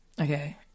Okay